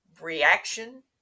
reaction